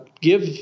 give